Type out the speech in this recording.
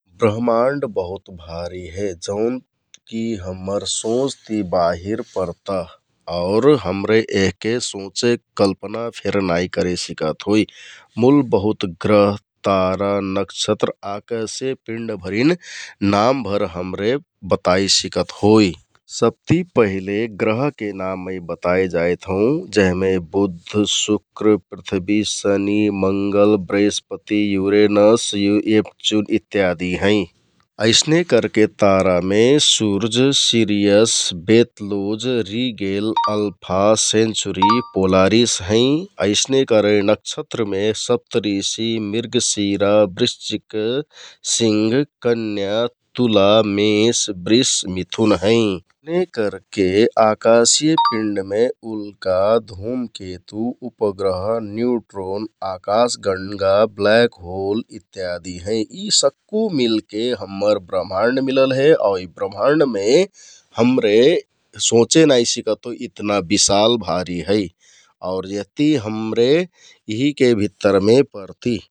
ब्रहमाण्ड बहुत भारि हे जोन कि हम्मर सोंच ति बाहिर परता आउर हमरे यहके सोंचेक कल्पना फेर करे सिकत होइ । मुल बहुत ग्रह, तारा, नक्षत्र, अकाशे पिण्डभरिन नामभर हमरे बताइ सिकत होइ । सबति पहिले ग्रहके नाउँ मै बताइ जाइत हौं जेहमे बुध, शुक्र, पृथ्वी, शनि, मंगल, बृहस्पति, उरेनस इत्यादि हैं । अइसने करके तारामे सुर्ज, Sirius, Betelgeuse, Rigel alpha, Centauri Polaris हैं । अइसने कर नक्षत्रमे सप्तरिसि, मृगशिरा, बृस्चिक, सिंह, कन्याँ, तुला, मेस, बृष, मिथुन हैं । करके आकाशिय पिण्डमे उल्का, धुमकेतु उपग्रह, न्युट्रोन, आकाश गंगा, द ब्लायाक होल इत्यादि हैं । यि सक्कु मिलके हम्मर ब्रहामाण्ड मिलल हे आउ यि ब्रहमाण्डमे सोंचे नाइ सिकत होइ इतना बिशाल, भारी है आउर यहति हमरे यिहिके भित्तरमे रहति ।